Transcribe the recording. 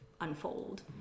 unfold